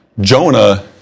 Jonah